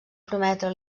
prometre